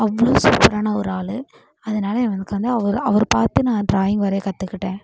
அவ்வளவு சூப்பரான ஒரு ஆள் அதனால் எனக்கு வந்து அவர் அவர் பார்த்து நான் டிராயிங் வரைய கற்றுக்கிட்டேன்